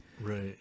Right